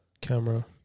camera